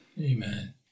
amen